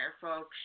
folks